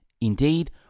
Indeed